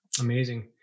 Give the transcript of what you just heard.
amazing